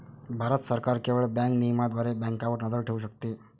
भारत सरकार केवळ बँक नियमनाद्वारे बँकांवर नजर ठेवू शकते